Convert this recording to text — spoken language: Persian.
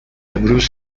امروز